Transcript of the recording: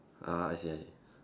ah I see I see